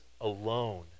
alone